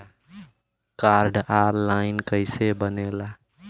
Card online कइसे बनेला?